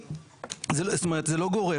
זאת אומרת זה לא גורף.